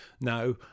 Now